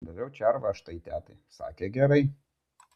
daviau červą aš tai tetai sakė gerai